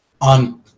on